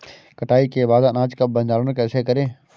कटाई के बाद अनाज का भंडारण कैसे करें?